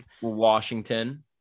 Washington